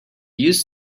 used